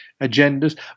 agendas